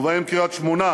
ובהם קריית-שמונה,